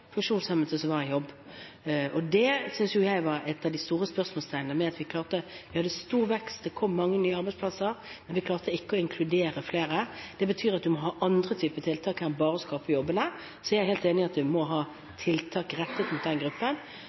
som var i jobb. Det synes jeg var et av de store spørsmålene: Vi hadde stor vekst, og det kom mange nye arbeidsplasser, men vi klarte ikke å inkludere flere. Det betyr at vi må ha andre typer tiltak enn bare å skape jobbene. Så jeg er helt enig i at vi må ha tiltak rettet mot den gruppen,